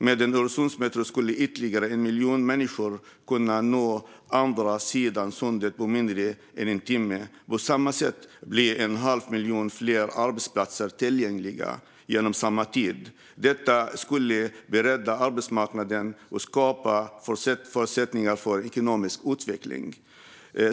Med en Öresundsmetro skulle ytterligare 1 miljon människor kunna nå andra sidan Sundet på mindre än en timme. På samma sätt blir en halv miljon fler arbetsplatser tillgängliga inom samma tid. Detta skulle bredda arbetsmarknaden och skapa förutsättningar för ekonomisk utveckling.